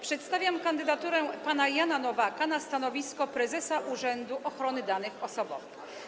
Przedstawiam kandydaturę pana Jana Nowaka na stanowisko prezesa Urzędu Ochrony Danych Osobowych.